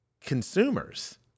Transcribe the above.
consumers